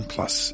Plus